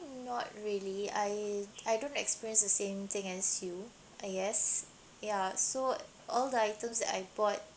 not really I I don't experience the same thing as you I guess ya so all the items that I bought